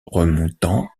remontant